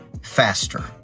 faster